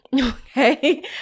okay